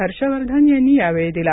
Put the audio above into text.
हर्ष वर्धन यांनी यावेळी दिला